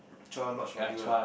chore lodge for you lah